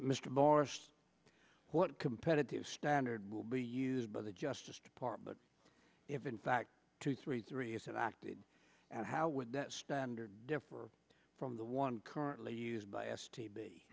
morris what competitive standard will be used by the justice department if in fact two three three s have acted and how would that standard differ from the one currently used by s t